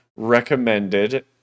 recommended